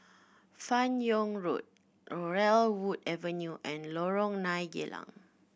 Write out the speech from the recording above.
Fan Yoong Road Laurel Wood Avenue and Lorong Nine Geylang